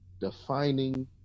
defining